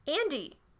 Andy